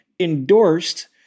endorsed